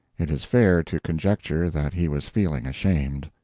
it is fair to conjecture that he was feeling ashamed.